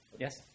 Yes